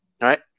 right